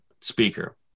speaker